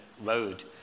road